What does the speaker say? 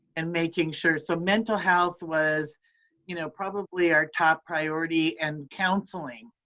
and making sure, so mental health was you know probably our top priority, and counseling.